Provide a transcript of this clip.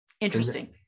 interesting